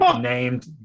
named